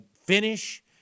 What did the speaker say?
finish